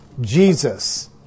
Jesus